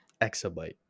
exabyte